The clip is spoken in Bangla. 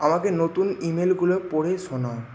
আমাকে নতুন ইমেলগুলো পড়ে শোনাও